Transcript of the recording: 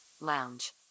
lounge